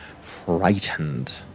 frightened